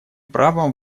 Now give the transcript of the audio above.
правом